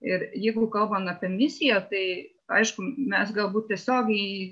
ir jeigu kalban apie misiją tai aišku mes galbūt tiesiogiai